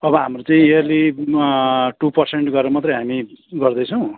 अब हाम्रो चाहिँ इयरली टू पर्सेन्ट गरेर मात्रै हामी गर्दैछौँ